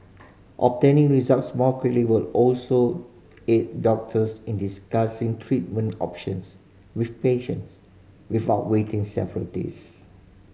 obtaining results more quickly will also aid doctors in discussing treatment options with patients without waiting several days